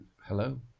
Hello